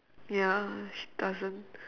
ya she doesn't